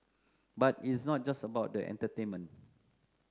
but it is not just about the entertainment